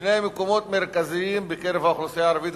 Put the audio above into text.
בשני מקומות מרכזיים בקרב האוכלוסייה הערבית,